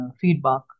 feedback